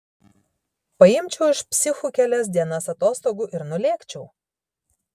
paimčiau iš psichų kelias dienas atostogų ir nulėkčiau